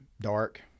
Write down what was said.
dark